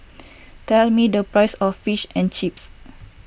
tell me the price of Fish and Chips